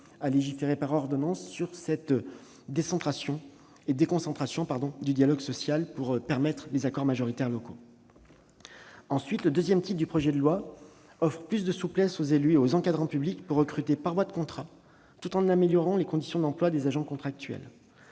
à légiférer par ordonnances sur la déconcentration du dialogue social, afin de permettre des accords majoritaires locaux. Ensuite, le deuxième titre du projet de loi offre plus de souplesse aux élus et aux encadrants publics pour recruter par voie de contrat, tout en améliorant les conditions d'emploi des agents contractuels.